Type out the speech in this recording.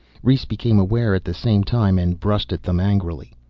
rhes became aware at the same time and brushed at them angrily.